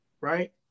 right